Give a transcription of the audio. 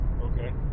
Okay